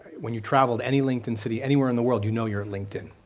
when you travel to any linkedin city anywhere in the world, you know you're at linkedin.